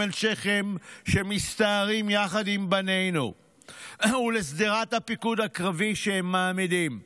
עם שכם יחד עם בנינו ולשדרת הפיקוד הקרבי שהם מעמידים.